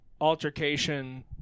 Altercation